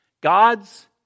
God's